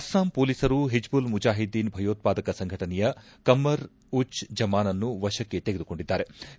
ಅಸ್ಸಾಂ ಹೊಲೀಸರು ಹಿಜ್ಲಲ್ ಮುಜಾಹಿದ್ಲೀನ್ ಭಯೋತ್ವಾದಕ ಸಂಘಟನೆಯ ಕಮರ್ ಉಜ್ ಜಮಾನನ್ನು ವಶಕ್ಕೆ ತೆಗೆದುಕೊಂಡಿದ್ಲಾರೆ